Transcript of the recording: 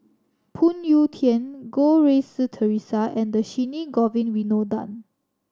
Phoon Yew Tien Goh Rui Si Theresa and Dhershini Govin Winodan